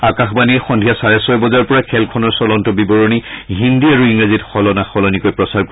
আকাশবাণীয়ে সদ্ধিয়া চাৰে ছয় বজাৰ পৰা খেলখনৰ চলন্ত বিৱৰণী হিন্দী আৰু ইংৰাজীত সলনাসলনিকৈ প্ৰচাৰ কৰিব